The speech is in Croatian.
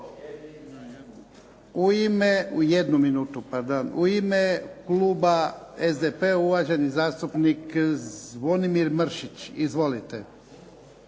U ime kluba SDP-a uvaženi zastupnik Zvonimir Mršić. Izvolite.